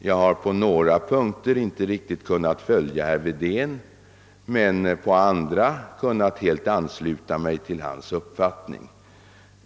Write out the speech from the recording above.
Jag har på några punkter inte riktigt kunnat följa herr Wedén men har på andra helt kunnat ansluta mig till hans uppfattning.